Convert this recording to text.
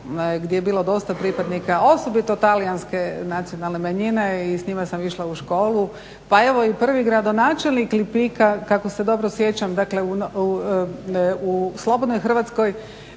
gdje je bilo dosta pripadnika osobito talijanske nacionalne manjine i s njima sam išla u školu. Pa evo i prvi gradonačelnik Lipika kako se dobro sjećam dakle u slobodnoj Hrvatskoj